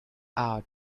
out